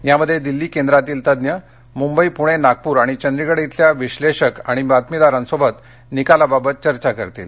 यामध्ये दिल्ली केंद्रातील तज्ज्ञ मुंबई पुणे नागपूर आणि चंदिगढ येथील विश्लेषक आणि बातमीदारांशी निकालाबाबत चर्चा करतील